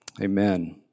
Amen